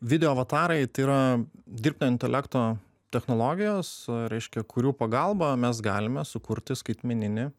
video avatarai tai yra dirbtinio intelekto technologijos reiškia kurių pagalba mes galime sukurti skaitmeninį